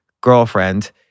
girlfriend